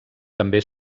també